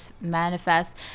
manifest